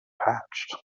hatched